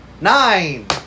Nine